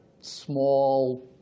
small